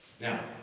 Now